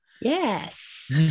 Yes